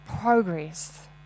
progress